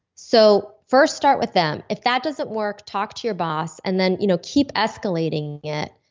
so, first start with them. if that doesn't work, talk to your boss. and then you know keep escalating it.